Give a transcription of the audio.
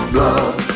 love